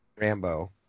Rambo